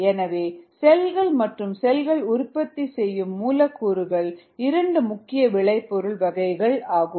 எனவே செல்கள் மற்றும் செல்கள் உற்பத்தி செய்யும் மூலக்கூறுகள் இரண்டு முக்கிய விளைபொருள் வகைகள் ஆகும்